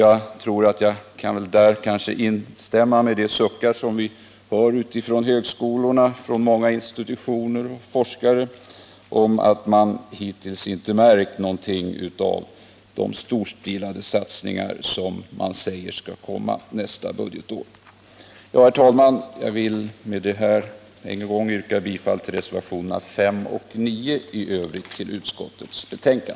Jag tror att jag kan instämma i de suckar som hörs från högskolorna, från många institutioner och forskare över att de hittills inte märkt någonting av de storstilade satsningar som man säger skall komma nästa budgetår. Herr talman! Jag vill med det anförda än en gång yrka bifall till reservationerna 5 och 9 och i övrigt bifall till utskottets hemställan.